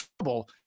trouble